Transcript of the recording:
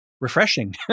refreshing